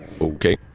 Okay